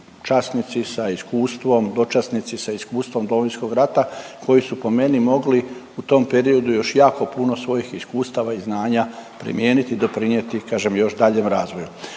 časnici sa iskustvom, dočasnici sa iskustvom Domovinskog rata koji su po meni mogli u tom periodu još jako puno svojih iskustava i znanja primijeniti i doprinijeti kažem još daljem razvoju.